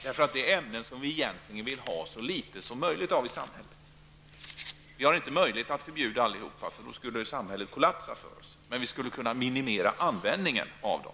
Det här är ämnen som vi egentligen vill ha så litet som möjligt av i samhället. Vi har inte möjlighet att förbjuda allihop -- då skulle samhället kollapsa för oss -- men vi skulle kunna minimera användningen av dem.